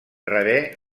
rebé